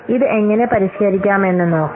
ഇത് എങ്ങനെ പരിഷ്കരിക്കാമെന്ന് നോക്കാം